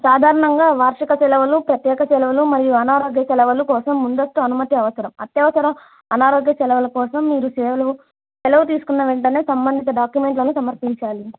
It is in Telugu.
సాధారణంగా వార్షిక సెలవులు ప్రత్యేక సెలవులు మరియు అనారోగ్య సెలవులు కోసం ముందస్తు అనుమతి అవసరం అత్యవసర అనారోగ్య సెలవల కోసం మీరు సెలవు తీసుకున్న వెంటనే సంబంధిత డాక్యుమెంట్లను సమర్పించాలి